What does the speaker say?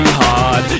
hard